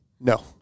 No